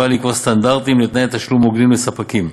באה לקבוע סטנדרטים לתנאי תשלום הוגנים לספקים.